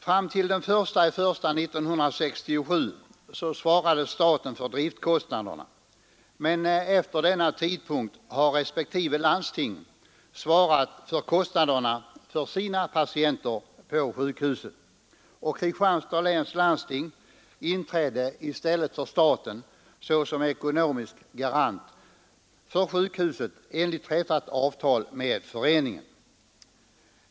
Fram till den 1 januari 1967 svarade staten för driftkostnaderna, men efter denna tidpunkt har respektive landsting svarat för kostnaderna för sina patienter på sjukhuset, och Kristianstads läns landsting har i stället för staten inträtt såsom ekonomisk garant för sjukhuset enligt träffat avtal med den förening som driver sjukhuset.